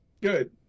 Good